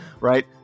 Right